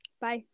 Bye